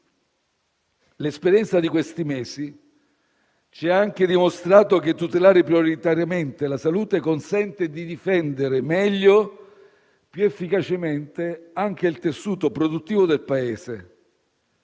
L'esperienza di questi mesi ci ha anche dimostrato che tutelare prioritariamente la salute consente di difendere meglio e più efficacemente anche il tessuto produttivo del Paese.